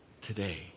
today